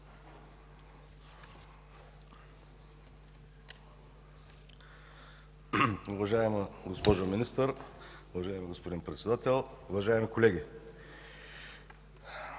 Уважаема госпожо Министър, уважаеми господин Председател, уважаеми колеги!